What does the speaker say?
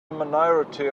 minority